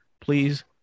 Please